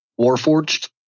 Warforged